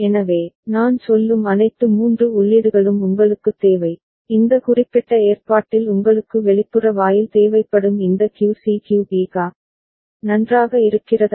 எனவே நான் சொல்லும் அனைத்து 3 உள்ளீடுகளும் உங்களுக்குத் தேவை இந்த குறிப்பிட்ட ஏற்பாட்டில் உங்களுக்கு வெளிப்புற வாயில் தேவைப்படும் இந்த QC QB QA நன்றாக இருக்கிறதா